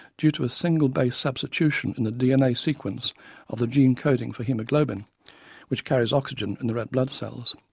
due to a single-base substitution in the dna sequence of the gene coding for haemoglobin which carries oxygen in the red blood cells.